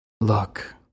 Look